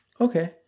Okay